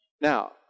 Now